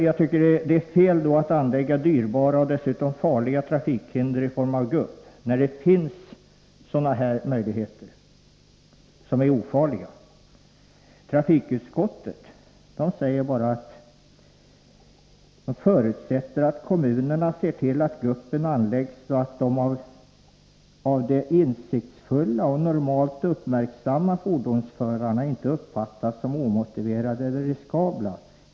Jag tycker att det är fel att anlägga dyrbara och dessutom farliga trafikhinder i form av gupp, när det finns ofarliga möjligheter. Trafikutskottet säger bara att det förutsätter att kommunerna ser till att guppen anläggs så, att de av de insiktsfulla och normalt uppmärksamma fordonsförarna inte uppfattas som omotiverade eller riskabla.